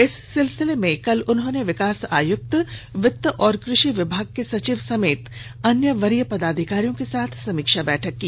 इस सिलसिले में कल उन्होंने विकास आयुक्त वित्त और कृषि विभाग के सचिव समेत अन्य वरीय पदाधिकारियों के साथ समीक्षा बैठक की